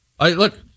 look